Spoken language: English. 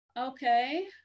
Okay